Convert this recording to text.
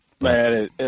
Man